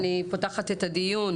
אני פותחת את הדיון